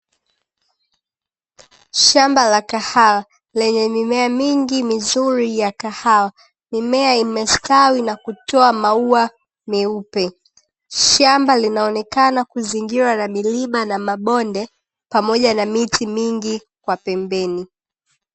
Shamba la kahawa lenye mimea mingi mizuri ya kahawa, mimea imestawi na kutoa maua meupe, shamba linaonekana kuzingira na milima na mabonde pamoja na miti mingi kwa pembeni.